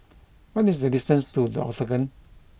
what is the distance to The Octagon